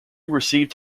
received